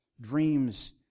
dreams